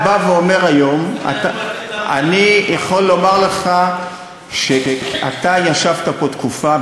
אני יכול לומר לך שאתה ישבת פה תקופה,